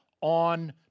on